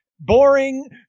Boring